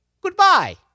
goodbye